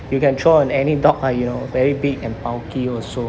you can throw on any dog ah you know very big and bulky also